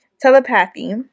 telepathy